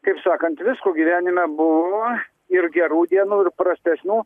kaip sakant visko gyvenime buvo ir gerų dienų ir prastesnių